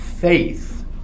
faith